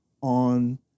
on